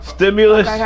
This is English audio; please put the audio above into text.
Stimulus